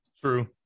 True